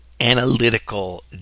analytical